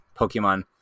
Pokemon